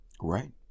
right